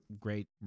great